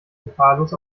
gefahrlos